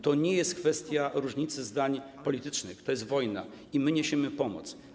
To nie jest kwestia różnicy zdań politycznych, to jest wojna i my niesiemy pomoc.